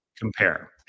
compare